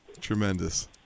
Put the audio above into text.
Tremendous